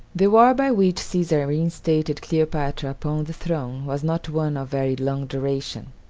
the war by which caesar reinstated cleopatra upon the throne was not one of very long duration.